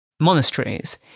Monasteries